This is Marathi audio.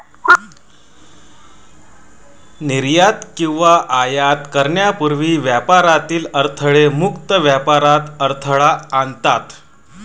निर्यात किंवा आयात करण्यापूर्वी व्यापारातील अडथळे मुक्त व्यापारात अडथळा आणतात